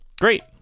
Great